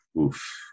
Oof